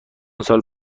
سال